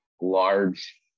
large